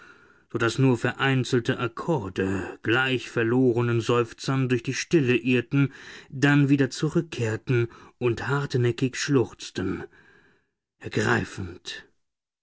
so daß nur vereinzelte akkorde gleich verlorenen seufzern durch die stille irrten dann wieder zurückkehrten und hartnäckig schluchzten ergreifend